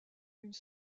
une